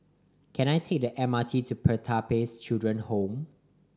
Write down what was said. can I take the M R T to Pertapis Children Home